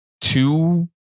two